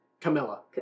camilla